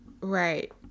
Right